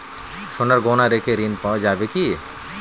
সোনার গহনা রেখে ঋণ পাওয়া যাবে কি?